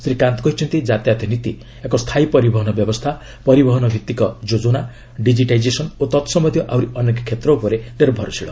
ଶ୍ରୀ କାନ୍ତ କହିଛନ୍ତି ଜାତାୟତ ନୀତି ଏକ ସ୍ଥାୟୀ ପରିବହନ ବ୍ୟବସ୍ଥା ପରିବହନଭିତ୍ତିକ ଯୋଜନା ଡିଜିଟାଇଜେସନ୍ ଓ ତତ୍ ସମ୍ବନ୍ଧିୟ ଆହୁରି ଅନେକ କ୍ଷେତ୍ର ଉପରେ ନିର୍ଭରଶୀଳ